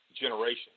generation